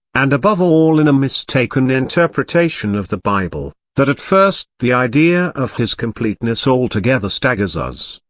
and above all in a mistaken interpretation of the bible, that at first the idea of his completeness altogether staggers us.